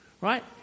right